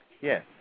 Yes